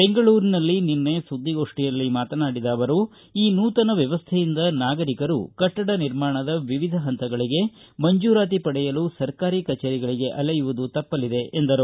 ಬೆಂಗಳೂರಿನಲ್ಲಿ ನಿನ್ನೆ ಸುದ್ದಿಗೋಷ್ಟಿಯಲ್ಲಿ ಮಾತನಾಡಿದ ಅವರು ಈ ನೂತನ ವ್ಯವಸ್ಥೆಯಿಂದ ನಾಗರಿಕರು ಕಟ್ಲಡ ನಿರ್ಮಾಣದ ವಿವಿಧ ಹಂತಗಳಿಗೆ ಮಂಜೂರಾತಿ ಪಡೆಯಲು ಸರ್ಕಾರಿ ಕಚೇರಿಗಳಿಗೆ ಅಲೆಯುವುದು ತಪ್ಪಲಿದೆ ಎಂದರು